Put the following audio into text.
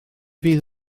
fydd